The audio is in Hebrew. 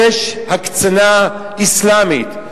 יש הקצנה אסלאמית,